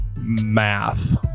math